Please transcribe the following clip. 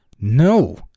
No